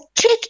check